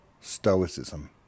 stoicism